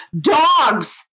dogs